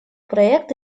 проект